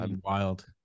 wild